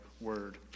word